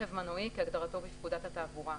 "רכב מנועי" כהגדרתו בפקודת התעבורה,